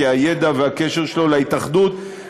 בידע ובקשר שלו להתאחדות,